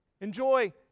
enjoy